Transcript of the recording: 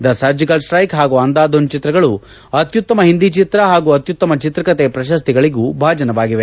the surgical strike ಹಾಗೂ ಅಂಧಾಧುನ್ ಚಿತ್ರಗಳು ಅತ್ಯುತ್ತಮ ಹಿಂದಿ ಚಿತ್ರ ಹಾಗೂ ಅತ್ಯುತ್ತಮ ಚಿತ್ರಕಥೆ ಪ್ರಶಸ್ತಿಗಳಿಗೂ ಭಾಜನವಾಗಿವೆ